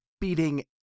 beating